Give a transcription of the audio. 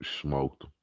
Smoked